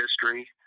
history